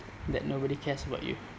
that nobody cares about you